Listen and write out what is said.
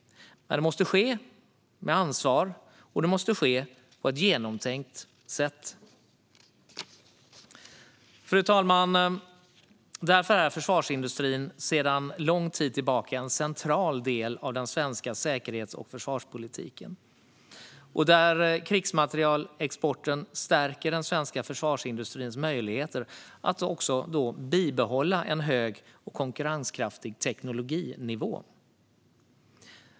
Det måste ske med ansvar, och det måste ske på ett genomtänkt sätt. Fru talman! Därför är försvarsindustrin sedan lång tid tillbaka en central del av den svenska säkerhets och försvarspolitiken, och krigsmaterielexporten stärker den svenska försvarsindustrins möjligheter att också bibehålla en hög och konkurrenskraftig tekniknivå.